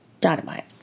Dynamite